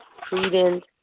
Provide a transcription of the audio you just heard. credence